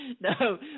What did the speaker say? No